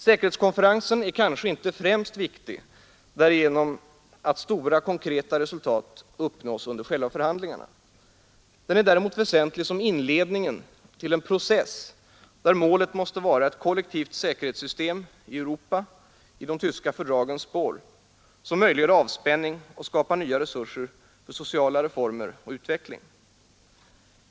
Säkerhetskonferensen är kanske inte främst viktig därigenom att stora konkreta resultat uppnås under själva förhandlingarna. Den är däremot 127 väsentlig som inledningen till en process där målet är ett kollektivt säkerhetssystem i Europa, i de tyska fördragens spår, som möjliggör avspänning och skapar nya ekonomiska resurser för sociala reformer och utveckling.